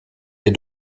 der